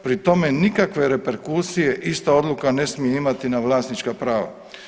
Pri tome nikakve reperkusije ista odluka ne smije imati na vlasnička prava.